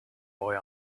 boy